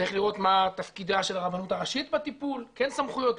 צריך לראות מה תפקידה של הרבנות הראשית בטיפול כן סמכויות,